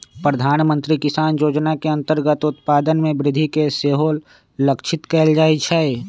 प्रधानमंत्री किसान जोजना के अंतर्गत उत्पादन में वृद्धि के सेहो लक्षित कएल जाइ छै